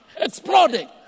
exploding